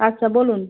আচ্ছা বলুন